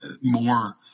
more